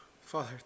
Father